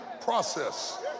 process